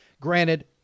Granted